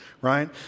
right